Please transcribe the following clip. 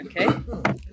Okay